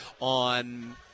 on